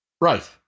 Right